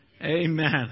Amen